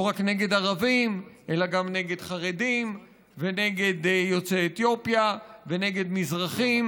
לא רק נגד ערבים אלא גם נגד חרדים ונגד יוצאי אתיופיה ונגד מזרחים.